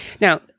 now